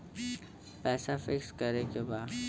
पैसा पिक्स करके बा?